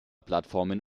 plattformen